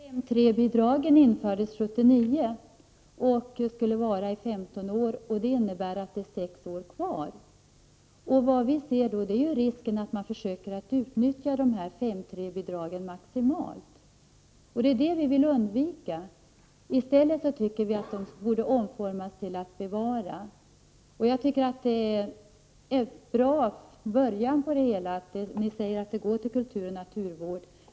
Fru talman! 5:3-bidraget infördes 1979 och skulle finnas i femton år. Det innebär att det är sex år kvar. Vi ser då risken att man försöker utnyttja dessa 5:3-bidrag maximalt. Det är detta vi vill undvika. I stället tycker vi att bidraget borde omformas till att bevara skog. Jag tycker att det är en bra början när ni säger att bidraget går till naturoch kulturvård.